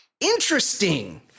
Interesting